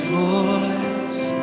voice